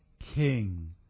king